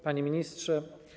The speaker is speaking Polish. Panie Ministrze!